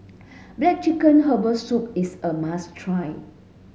black chicken herbal soup is a must try